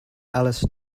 alice